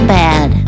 bad